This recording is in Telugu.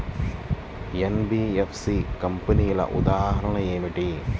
ఎన్.బీ.ఎఫ్.సి కంపెనీల ఉదాహరణ ఏమిటి?